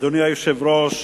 אדוני היושב-ראש,